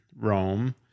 Rome